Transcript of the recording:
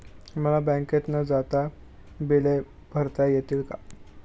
मला बँकेत न जाता बिले भरता येतील का?